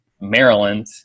Maryland